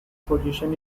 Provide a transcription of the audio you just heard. position